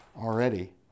already